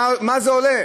כמה זה עולה?